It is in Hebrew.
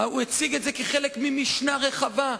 הוא הציג את זה כחלק ממשנה רחבה,